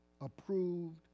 approved